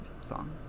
song